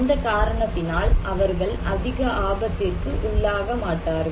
அந்த காரணத்தினால் அவர்கள் அதிக ஆபத்திற்கு உள்ளாக மாட்டார்கள்